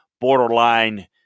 borderline